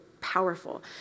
powerful